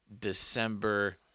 December